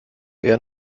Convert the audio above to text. eher